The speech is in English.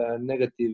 negative